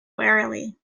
wearily